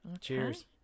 Cheers